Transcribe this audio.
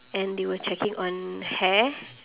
and they were checking on hair